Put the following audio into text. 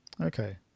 Okay